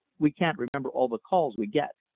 we can't remember all the calls we get.